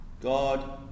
God